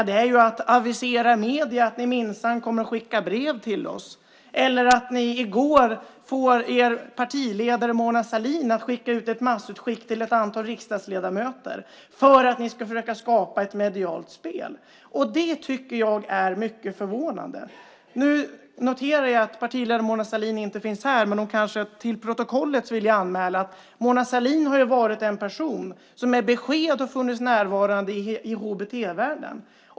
Det är att avisera i medierna att ni minsann kommer att skicka brev till oss eller att ni i går fick er partiledare Mona Sahlin att skicka ut ett massutskick till ett antal riksdagsledamöter för att ni ska försöka skapa ett medialt spel. Det tycker jag är mycket förvånande. Nu noterar jag att partiledare Mona Sahlin inte finns här, men till protokollet vill jag anmäla att Mona Sahlin har varit en person som med besked har funnits närvarande i HBT-världen.